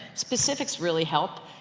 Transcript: specifics really help.